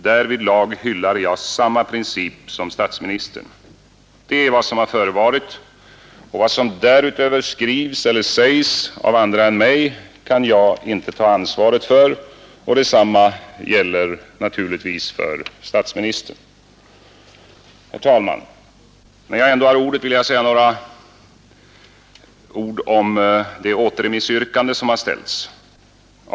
Därvidlag hyllar jag samma princip som statsministern. Detta är vad som förevarit. Vad som därutöver skrivs eller sägs av andra än mig kan jag inte ta ansvaret för. Detsamma gäller naturligtvis för statsministern. Herr talman! Medan jag ändå har ordet vill jag säga någonting också om det återremissyrkande som har ställts.